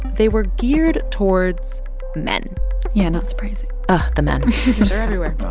they were geared towards men yeah, not surprising ugh, the men they're everywhere,